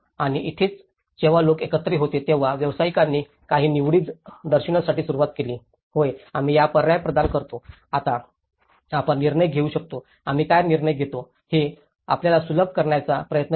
आणि इथेच जेव्हा लोक एकत्रित होते तेव्हा व्यावसायिकांनी काही निवडी दर्शविण्यास सुरुवात केली होय आम्ही हा पर्याय प्रदान करतो आता आपण निर्णय घेऊ शकता आम्ही काय निर्णय घेतो हे आपल्याला सुलभ करण्याचा प्रयत्न करतो